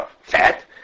fat